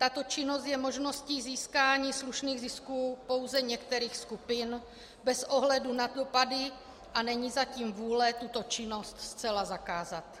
Tato činnost je možností získání slušných zisků pouze některých skupin bez ohledu na dopady, a není zatím vůle tuto činnost zcela zakázat.